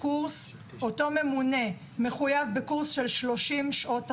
אותו ממונה מחויב בקורס של 30 שעות הכשרה,